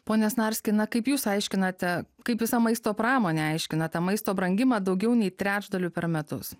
pone snarski na kaip jūs aiškinate kaip visa maisto pramonė aiškina tą maisto brangimą daugiau nei trečdaliu per metus